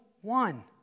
one